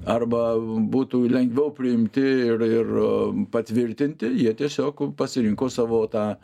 arba būtų lengviau priimti ir ir patvirtinti jie tiesiog pasirinko savo tą